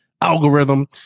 algorithm